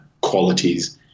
qualities